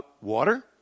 water